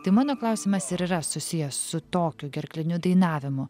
tai mano klausimas ir yra susijęs su tokiu gerkliniu dainavimu